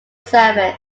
service